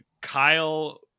Kyle